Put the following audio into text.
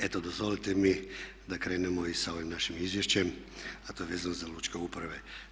Eto dozvolite mi da krenemo i sa ovim našim izvješćem a to je vezano za lučke uprave.